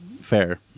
Fair